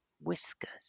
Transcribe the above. whiskers